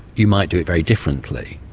you might do it very differently,